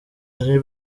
ari